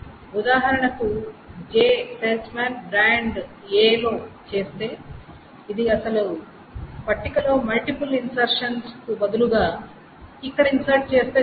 ఉదాహరణకు J salesman brand A లో చేస్తే అది అసలు పట్టికలో మల్టిపుల్ ఇన్సర్షన్స్ కు బదులుగా ఇక్కడ ఇన్సర్ట్ చేస్తే చాలు